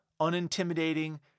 unintimidating